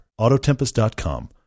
AutoTempest.com